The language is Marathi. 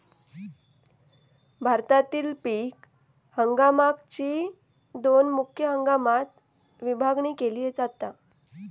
भारतातील पीक हंगामाकची दोन मुख्य हंगामात विभागणी केली जाता